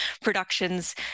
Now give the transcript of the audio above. productions